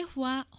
were